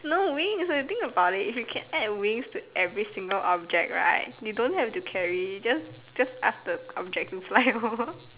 no wings if you think about it if you can add wings to every single object right you don't have to carry just just ask the object to fly lor